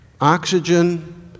oxygen